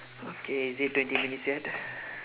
okay is it twenty minutes yet